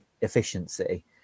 efficiency